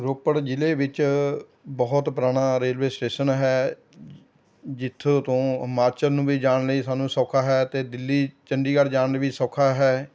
ਰੋਪੜ ਜ਼ਿਲ੍ਹੇ ਵਿੱਚ ਬਹੁਤ ਪੁਰਾਣਾ ਰੇਲਵੇ ਸਟੇਸ਼ਨ ਹੈ ਜਿੱਥੋਂ ਤੋਂ ਹਿਮਾਚਲ ਨੂੰ ਵੀ ਜਾਣ ਨੂੰ ਸਾਨੂੰ ਸੌਖਾ ਹੈ ਅਤੇ ਦਿੱਲੀ ਚੰਡੀਗੜ੍ਹ ਜਾਣ ਨੂੰ ਵੀ ਸੌਖਾ ਹੈ